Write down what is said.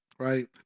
Right